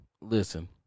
Listen